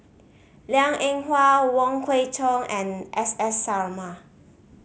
Liang Eng Hwa Wong Kwei Cheong and S S Sarma